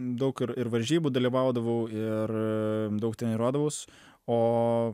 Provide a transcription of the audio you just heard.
daug ir ir varžybų dalyvaudavau ir daug treniruodavaus o